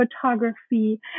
photography